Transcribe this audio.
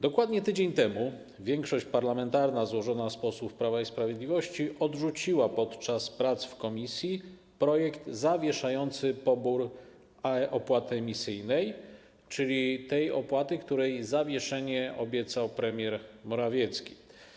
Dokładnie tydzień temu większość parlamentarna złożona z posłów Prawa i Sprawiedliwości odrzuciła podczas prac w komisji projekt zawieszający pobór opłaty emisyjnej, czyli tej opłaty, której zawieszenie obiecał premier Morawiecki.